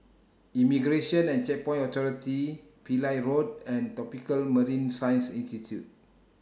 Immigration and Checkpoints Authority Pillai Road and Tropical Marine Science Institute